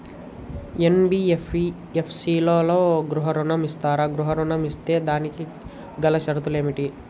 NBFC లలో గృహ ఋణం ఇస్తరా? గృహ ఋణం ఇస్తే దానికి గల షరతులు ఏమిటి?